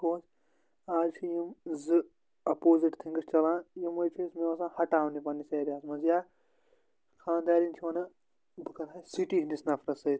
گوٚو حظ آز چھِ یِم زٕ اَپوزِٹ تھِنٛگٕس چَلان یِمٔے چھِ اسہِ مےٚ باسان ہٹاونہِ پننِس ایریا ہَس منٛز یا خانٛدارِنۍ چھِ وَنان بہٕ کَرٕہا سِٹی ہنٛدِس نَفرَس سۭتۍ